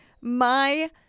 my-